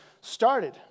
started